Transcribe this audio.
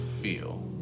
feel